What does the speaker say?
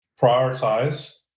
prioritize